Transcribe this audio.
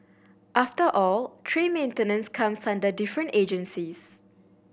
after all tree maintenance comes under different agencies